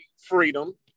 freedom